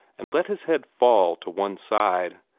and let his head fall to one side.